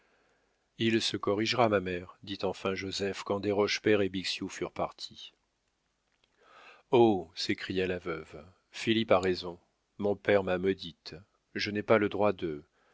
il se corrigera ma mère dit enfin joseph quand desroches père et bixiou furent partis oh s'écria la veuve philippe a raison mon père m'a maudite je n'ai pas le droit de